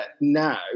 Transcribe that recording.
now